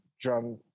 drum